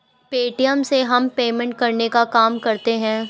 Paytm से हम payment करने का काम करते है